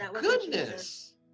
goodness